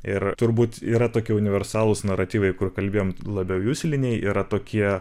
ir turbūt yra tokie universalūs naratyvai kur kalbėjom labiau jusliniai yra tokie